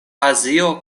azio